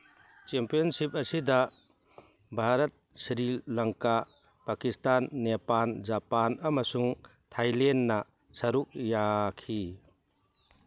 championship ꯑꯁꯤꯗ Bharat Sri Lanka Pakistan Nepal Japan ꯑꯃꯁꯨꯡ ꯊꯥꯏꯂꯦꯟꯅ ꯁꯔꯨꯛ ꯌꯥꯈꯤ